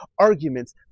Arguments